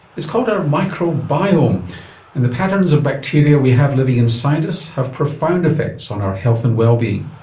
it's called our microbiome and the patterns of bacteria we have living inside us have profound effects on our health and wellbeing.